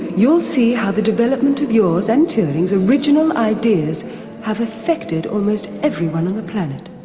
you'll see how the development of yours and turing's original ideas have affected almost everyone on the planet.